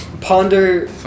ponder